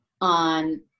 on